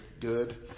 good